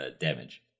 damage